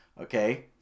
okay